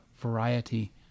variety